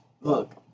Look